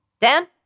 Dan